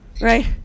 right